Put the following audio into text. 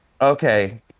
Okay